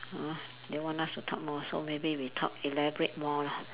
uh they want us to talk more so maybe we talk elaborate more lor